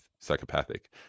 psychopathic